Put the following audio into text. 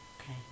Okay